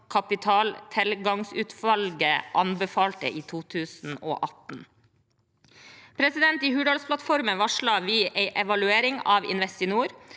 kapitaltilgangsutvalget anbefalte i 2018. I Hurdalsplattformen varslet vi en evaluering av Investinor